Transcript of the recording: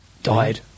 Died